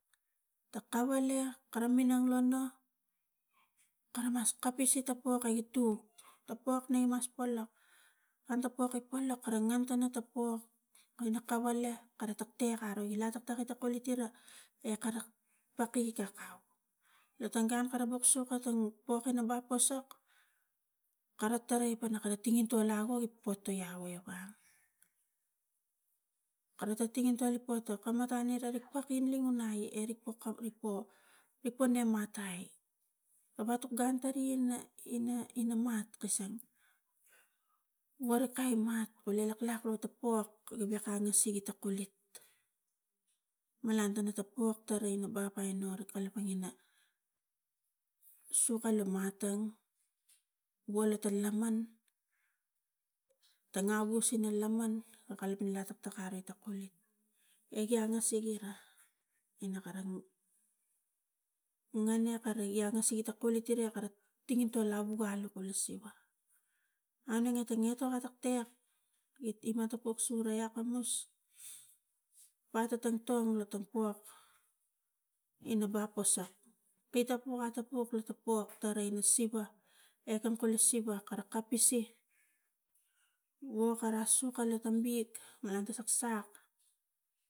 Ta kawalia kara minang lo no, kara mas kapis ita pok agi tuk ta pok a imas polok ata pok i polok kare ngan tana ta pok kai na kawala tektek aro gila tektek ara ta kulitira e kara ka pik akau lo tang gun kara buk soka tang pok ina bap posok kara tarai pana ka tangintol avo i potai awe bang, kara ta tangintol i potok kam mata nerik pak ingling unai rik pokai rik po rik pona matai gawek ga gun tari ina ina mat kasang worikai mat laklo ta po iweka angasik ita kulit malang lo ta pok tari ina bap aino kalapang ina sok alu matang wolita laman ta ngavus ina laman kalip ina tektek arek ta kulit egia angasik ira ina karang ngan ia kare igia angasik ita kulit ira tangintol avu ga lovu kula siva, aunenge ta etoka tektek git ima po tak siva akamus wa ta tongtong ta tapiak ina bapo sa, kai ta po atapuk lo ta pok tarai lo siva e kam kule siva kapis e wok kara sok kara tang wek malang ta saksak.